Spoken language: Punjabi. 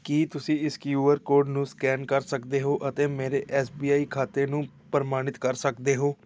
ਕੀ ਤੁਸੀ ਇਸ ਕਿਉ ਆਰ ਕੋਡ ਨੂੰ ਸਕੈਨ ਕਰ ਸਕਦੇ ਹੋ ਅਤੇ ਮੇਰੇ ਐੱਸ ਬੀ ਆਈ ਖਾਤੇ ਨੂੰ ਪ੍ਰਮਾਣਿਤ ਕਰ ਸਕਦੇ ਹੋ